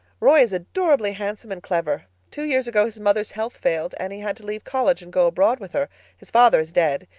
roy is adorably handsome and clever. two years ago his mother's health failed and he had to leave college and go abroad with her his father is dead.